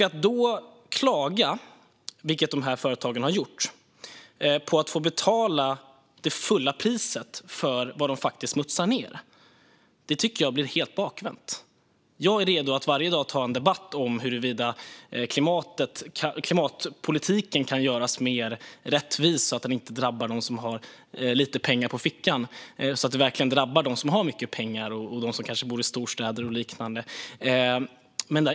Att då klaga, vilket företagen har gjort, över att behöva betala det fulla priset för vad de smutsar ned blir helt bakvänt, tycker jag. Jag är redo att varje dag ta en debatt om huruvida klimatpolitiken kan göras mer rättvis så att den inte drabbar dem som har lite pengar på fickan utan drabbar dem som har mycket pengar, de som bor i storstäder och så vidare.